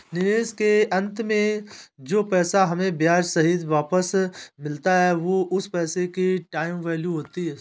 निवेश के अंत में जो पैसा हमें ब्याह सहित वापस मिलता है वो उस पैसे की टाइम वैल्यू होती है